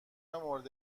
مورد